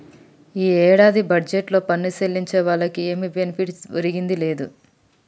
ఈ ఏడాది బడ్జెట్లో పన్ను సెల్లించే వాళ్లకి ఏమి బెనిఫిట్ ఒరిగిందే లేదు